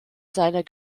seiner